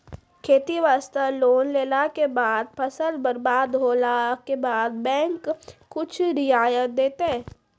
खेती वास्ते लोन लेला के बाद फसल बर्बाद होला के बाद बैंक कुछ रियायत देतै?